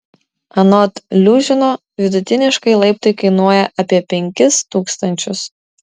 anot liužino vidutiniškai laiptai kainuoja apie penkis tūkstančius